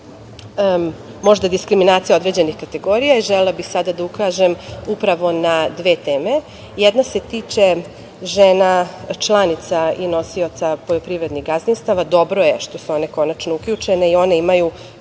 možda diskriminacija određenih kategorija. Želela bih sada da ukažem upravo na dve teme. Jedna se tiče žena članica i nosioca poljoprivrednih gazdinstava. Dobro je što su one končano uključene i one imaju